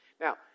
Now